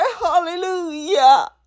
Hallelujah